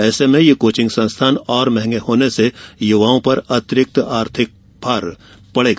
ऐसे में ये कोचिंग संस्थान और मंहगे होने से युवाओं पर अतिरिक्त आर्थिक भार पड़ेगा